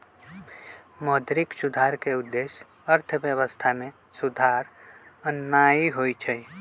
मौद्रिक सुधार के उद्देश्य अर्थव्यवस्था में सुधार आनन्नाइ होइ छइ